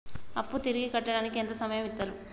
అప్పు తిరిగి కట్టడానికి ఎంత సమయం ఇత్తరు?